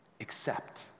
Accept